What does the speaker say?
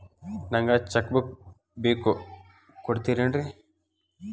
ನಂಗ cheque book ಬೇಕು ಕೊಡ್ತಿರೇನ್ರಿ?